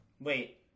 Wait